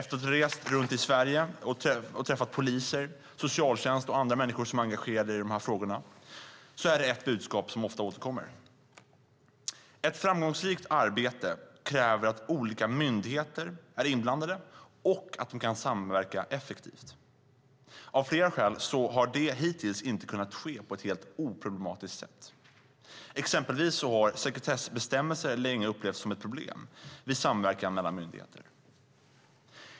När jag har rest runt i Sverige och träffat poliser, socialtjänst och andra människor som är engagerade i frågorna är det ett budskap som ofta återkommer: Ett framgångsrikt arbete kräver att olika myndigheter är inblandade och att de kan samverka effektivt. Av flera skäl har detta hittills inte kunnat ske på ett helt oproblematiskt sätt. Exempelvis har sekretessbestämmelser länge upplevts som ett problem vid samverkan mellan myndigheter.